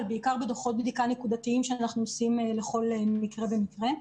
בעיקר בדוחות בדיקה נקודתיים שאנחנו עושים לכל מקרה ומקרה.